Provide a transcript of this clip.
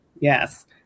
Yes